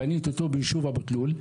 בניתי אותו ביישוב אבו תלול,